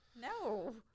No